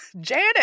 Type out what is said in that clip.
Janet